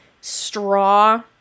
straw